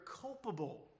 culpable